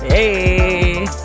Hey